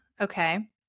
Okay